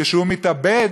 כשהוא מתאבד,